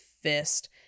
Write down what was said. fist